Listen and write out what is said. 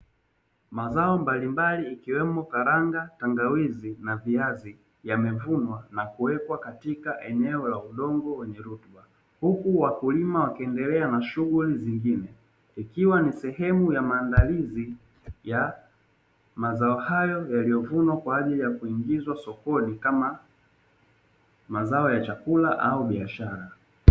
Mazao mbalimbali ikiwemo karanga, tangawizi na viazi yamevunwa na kuwekwa katika eneo la udongo wenye rutuba, huku wakulima wakiendelea na shughuli zingine ikiwa ni sehemu ya maandalizi ya mazao hayo yaliyovunwa kwa ajili ya kuingizwa sokoni kama mazao ya chakula au biashara.